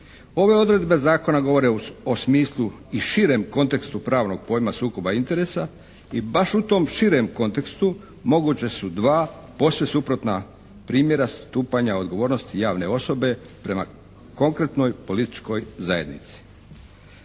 Ove odredbe zakona govore o smislu i širem kontekstu pravnog pojma sukoba interesa i baš u tom širem kontekstu moguća su dva posve suprotna primjera stupanja odgovornosti javne osobe prema konkretnoj političkoj zajednici.